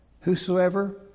whosoever